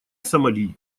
сомали